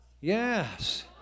Yes